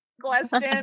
question